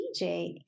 DJ